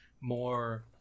more